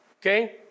okay